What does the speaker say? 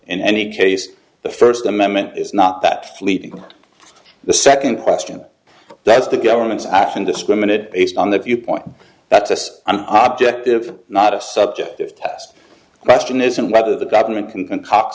in any case the first amendment is not that fleeting the second question that's the governments act and discriminate based on the viewpoint that as an object of not a subjective test question isn't whether the government can concoct